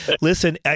Listen